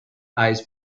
eyes